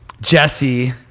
Jesse